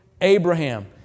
Abraham